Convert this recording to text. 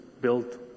built